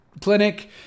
Clinic